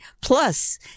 Plus